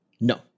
No